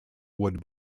would